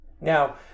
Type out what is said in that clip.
Now